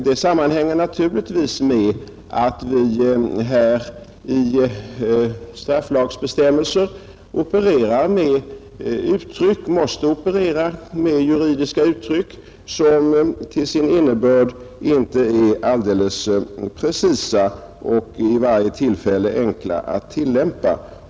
Det sammanhänger naturligtvis med att vi i strafflagsbestämmelser måste operera med juridiska yttryck som till sin innebörd inte är alldeles precisa och vid varje tillfälle enkla att tillämpa.